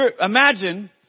imagine